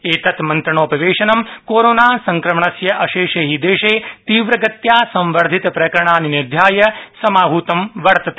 एतत् मंत्रणोपवेशनं कोरोनासंक्रमणस्य अशेषे हि देशे तीव्रगत्या संवर्धितप्रकरणानि निध्याय समाहतं वर्तते